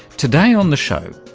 today on the show,